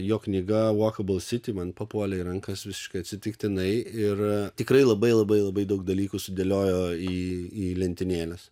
jo knyga walkable city man papuolė į rankas visiškai atsitiktinai ir tikrai labai labai labai daug dalykų sudėliojo į į lentynėles